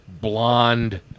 blonde